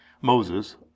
Moses